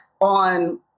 on